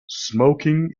smoking